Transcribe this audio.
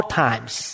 times